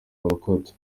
warokotse